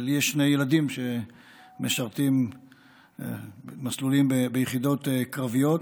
לי יש שני ילדים שמשרתים במסלולים ביחידות קרביות.